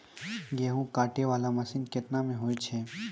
गेहूँ काटै वाला मसीन केतना मे होय छै?